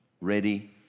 ready